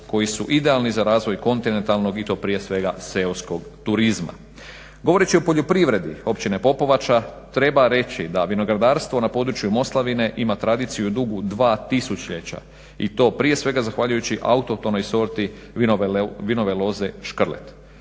koji su idealni za razvoj kontinentalnog i to prije svega seoskog turizma. Govoreći o poljoprivredi Općine Popovača treba reći da vinogradarstvo na području Moslavine ima tradiciju dugu 2 tisućljeća i to prije svega zahvaljujući autohtonoj sorti vinove loze Škrlet.